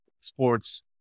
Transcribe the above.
sports